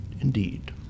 Indeed